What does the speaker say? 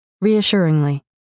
reassuringly